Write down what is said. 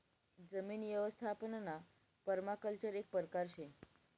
जमीन यवस्थापनना पर्माकल्चर एक परकार शे